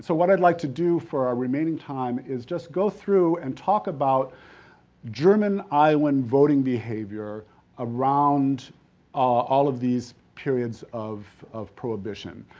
so what i'd like to do for our remaining time is just go through and talk about german iowan voting behavior around all of these periods of of prohibition.